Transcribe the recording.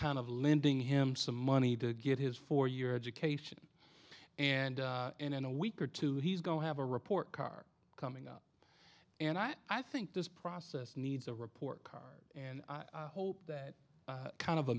kind of lending him some money to get his four year education and in a week or two he's going to have a report card coming out and i i think this process needs a report card and i hope that kind of a